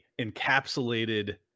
encapsulated